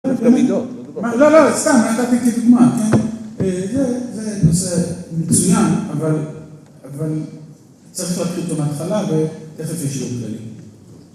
‫לא, לא, סתם, נתתי כדוגמה, כן? ‫זה נושא מצוין, ‫אבל צריך להחליט אותו מההתחלה ‫ותכף יש לי...